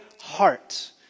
heart